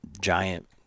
giant